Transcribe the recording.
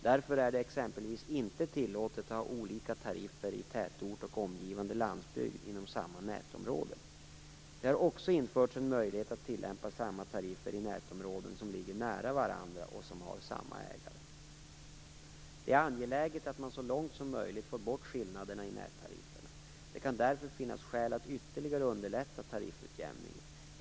Därför är det exempelvis inte tillåtet att ha olika tariffer i tätort och omgivande landsbygd inom samma nätområde. Det har också införts en möjlighet att tillämpa samma tariffer i nätområden som ligger nära varandra och som har samma ägare. Det är angeläget att man så långt som möjligt får bort skillnaderna i nättarifferna. Det kan därför finnas skäl att ytterligare underlätta tariffutjämningen.